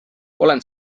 olen